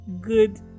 good